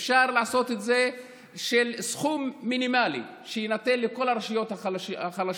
אפשר לעשות את זה על פי סכום מינימלי שיינתן לכל הרשויות החלשות,